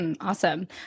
Awesome